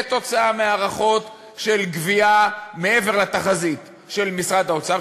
כתוצאה מהערכות של גבייה מעבר לתחזית של משרד האוצר,